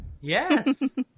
Yes